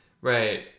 right